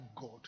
God